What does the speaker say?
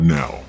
now